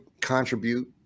contribute